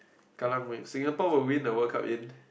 Kallang Wave Singapore will win the World Cup in